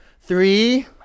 Three